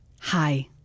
Hi